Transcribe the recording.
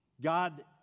God